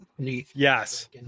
Yes